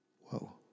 Whoa